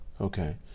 Okay